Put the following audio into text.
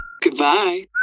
goodbye